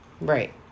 Right